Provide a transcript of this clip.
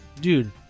dude